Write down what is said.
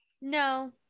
no